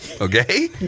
Okay